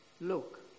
Look